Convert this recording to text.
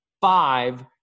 five